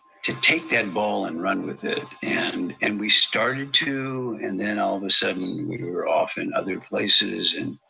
to take ball and run with it. and and we started to, and then all of a sudden we were off in other places, and